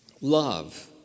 love